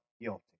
guilty